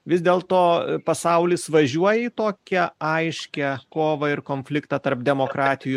vis dėl to pasaulis važiuoja į tokią aiškią kovą ir konfliktą tarp demokratijų